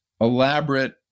elaborate